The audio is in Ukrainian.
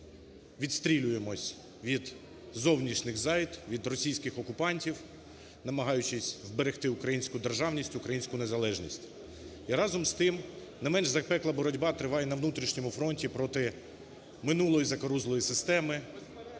відстрілюємось від зовнішніх зайд, від російських окупантів, намагаючись зберегти українську державність, українську незалежність. І разом з тим не менш запекла боротьба триває на внутрішньому фронті проти минулої заскорузлої системи,